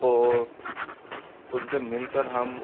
और उन से मिल कर हम